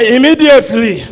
Immediately